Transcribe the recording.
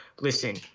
listen